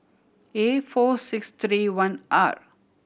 A four six three one R